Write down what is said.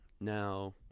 now